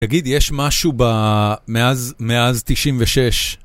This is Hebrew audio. תגיד, יש משהו ב... מאז, מאז 96?